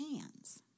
hands